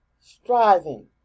Striving